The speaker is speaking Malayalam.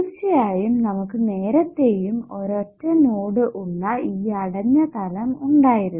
തീർച്ചയായും നമുക്ക് നേരത്തെയും ഒരൊറ്റ നോഡ് ഉള്ള ഈ അടഞ്ഞ തലം ഉണ്ടായിരുന്നു